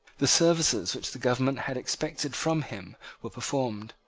the services which the government had expected from him were performed,